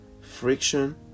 friction